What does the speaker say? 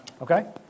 Okay